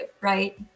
right